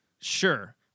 Sure